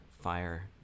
fire